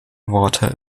water